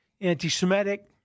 anti-Semitic